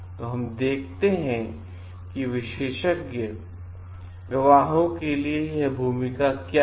तो हम देखते हैं कि विशेषज्ञ गवाहों के लिए ये भूमिका क्या हैं